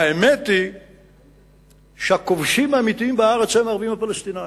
והאמת היא שהכובשים האמיתיים בארץ הם הערבים הפלסטינים,